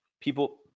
people